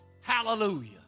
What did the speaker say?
Hallelujah